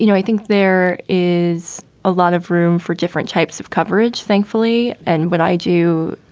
you know i think there is a lot of room for different types of coverage, thankfully. and what i do,